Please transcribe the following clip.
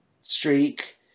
streak